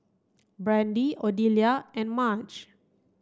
Brandy Odelia and Marge